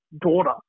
daughter